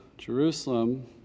Jerusalem